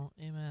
amen